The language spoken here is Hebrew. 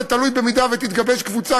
זה תלוי במידה שתתגבש קבוצה,